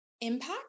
impact